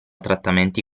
trattamenti